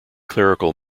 clerical